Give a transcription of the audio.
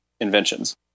inventions